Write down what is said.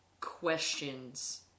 questions